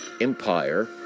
empire